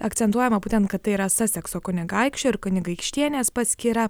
akcentuojama būtent kad tai yra sasekso kunigaikščio ir kunigaikštienės paskyra